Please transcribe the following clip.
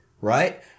right